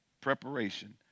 preparation